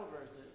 verses